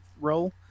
role